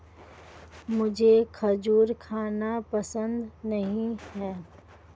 मुझें खजूर खाना पसंद नहीं है